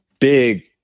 big